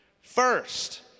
First